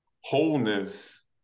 wholeness